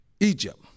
Egypt